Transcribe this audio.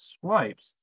swipes